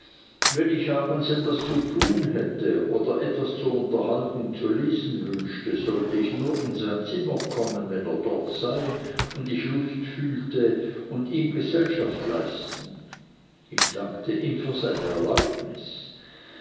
wenn ich abends etwas zu tun hätte oder etwas zur unterhaltung zu lesen wünschte sollte ich nur in sein zimmer kommen wenn er dort sei und ich lust fühlte und ihm gesellschaft leisten ich dankte ihm für die erlaubnis